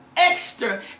extra